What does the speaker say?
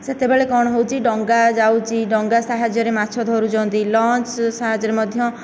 ସେତେବେଳେ କ'ଣ ହେଉଛି ଡଙ୍ଗା ଯାଉଛି ଡଙ୍ଗା ସାହାଯ୍ୟରେ ମାଛ ଧରୁଛନ୍ତି ଲଞ୍ଚ ସାହାଯ୍ୟରେ ମଧ୍ୟ